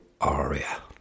Aria